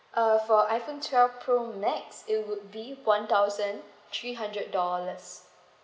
uh for iphone twelve pro max it would be one thousand three hundred dollars